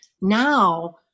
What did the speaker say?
now